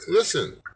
Listen